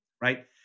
right